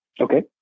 Okay